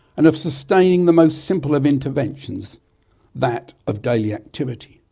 and of sustaining the most simple of interventions that of daily activity.